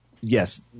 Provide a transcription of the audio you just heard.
yes